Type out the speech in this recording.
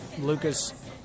Lucas